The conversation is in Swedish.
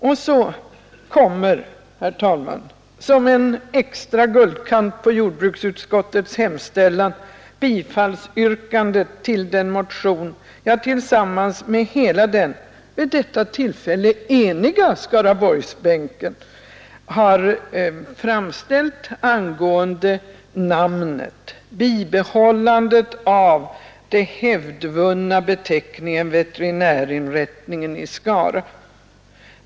Och så kommer, herr talman, som en extra guldkant på jordbruksutskottets hemställan, bifallsyrkandet till den motion som jag tillsammans med hela den vid detta tillfälle eniga Skaraborgsbänken har framställt angående namnet: bibehållandet av den hävdvunna beteckningen Veterinärinrättningen i Skara.